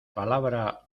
palabra